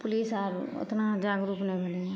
police आर ओतना जागरुक नहि भेलैए